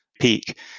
peak